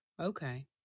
okay